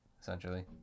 essentially